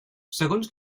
segons